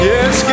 Yes